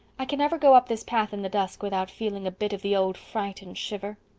i can never go up this path in the dusk without feeling a bit of the old fright and shiver?